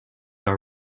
are